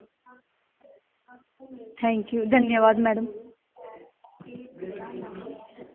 thank you धन्यबाद madam जी